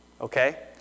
Okay